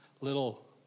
little